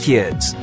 Kids